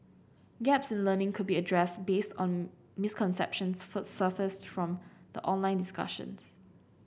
gaps in learning could be addressed based on misconceptions fir surfaced from the online discussions